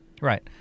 Right